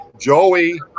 Joey